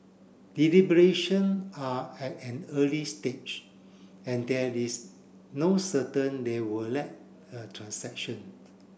deliberation are at an early stage and there is no certain they will lead a transaction